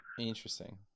Interesting